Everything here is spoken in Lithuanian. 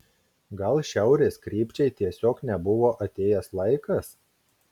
gal šiaurės krypčiai tiesiog nebuvo atėjęs laikas